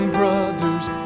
brothers